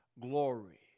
glory